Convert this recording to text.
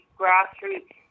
grassroots